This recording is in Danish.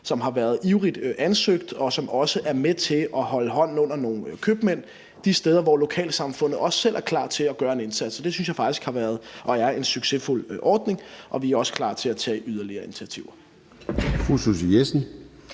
som har modtaget mange ansøgninger, og som er med til at holde hånden under nogle købmænd de steder, hvor lokalsamfundet også selv er klar til at gøre indsats. Det synes jeg faktisk har været og er en succesfuld ordning, og vi er også klar til at tage yderligere initiativer.